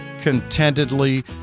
contentedly